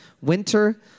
Winter